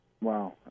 Wow